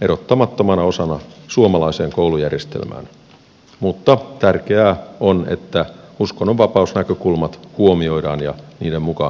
erottamattomana osana suomalaiseen koulujärjestelmään mutta tärkeää on että uskonnonvapausnäkökulmat huomioidaan ja niiden mukaan toimitaan